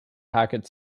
hackett